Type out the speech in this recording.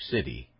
City